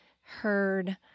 heard